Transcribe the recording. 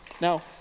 Now